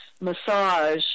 massage